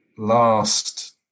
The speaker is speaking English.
Last